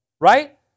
Right